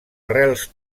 arrels